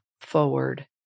forward